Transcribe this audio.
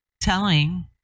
telling